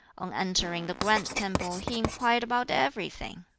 on entering the grand temple he inquired about everything.